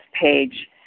page